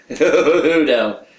No